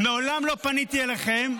מעולם לא פניתי אליכם.